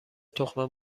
تخم